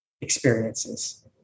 experiences